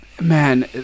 man